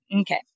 Okay